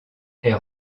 est